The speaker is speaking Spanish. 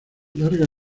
larga